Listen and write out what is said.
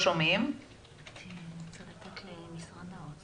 אני רוצה להגיד שמעבר לכל הדברים שהעלו כאן,